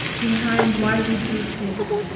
behind why we do things?